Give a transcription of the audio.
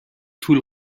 طول